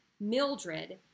Mildred